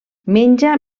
menja